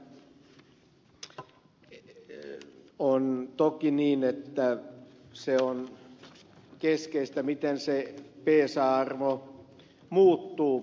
laxell sanoi todeta että on toki niin että se on keskeistä miten se psa arvo muuttuu